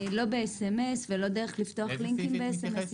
לא ב-SMS ולא לפתוח לינקים ב-SMS.